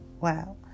Wow